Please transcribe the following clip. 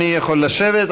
אדוני יכול לשבת.